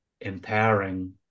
empowering